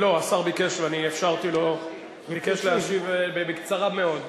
השר ביקש להשיב בקצרה מאוד,